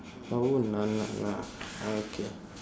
oh na na na okay